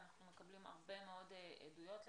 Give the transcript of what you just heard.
אנחנו מקבלים הרבה מאוד עדויות לכך.